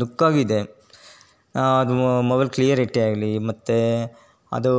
ಲುಕ್ಕಾಗಿದೆ ಅದು mobile clarity ಆಗಲಿ ಮತ್ತು ಅದು